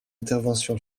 intervention